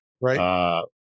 Right